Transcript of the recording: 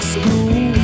school